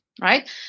right